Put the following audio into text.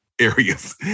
areas